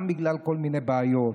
גם בגלל כל מיני בעיות,